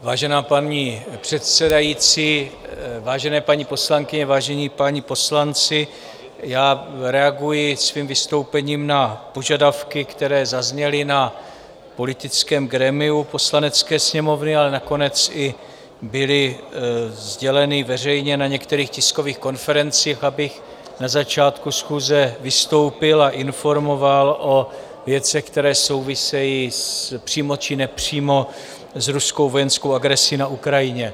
Vážená paní předsedající, vážené paní poslankyně, vážení páni poslanci, reaguji svým vystoupením na požadavky, které zazněly na politickém grémiu Poslanecké sněmovny, ale nakonec i byly sděleny veřejně na některých tiskových konferencích, abych na začátku schůze vystoupil a informoval o věcech, které souvisejí přímo či nepřímo s ruskou vojenskou agresí na Ukrajině.